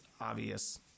obvious